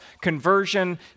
conversion